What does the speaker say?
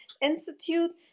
institute